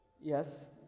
Yes